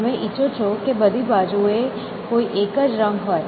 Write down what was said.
તમે ઇચ્છો છો કે બધી બાજુ એ કોઈ એક જ રંગ હોય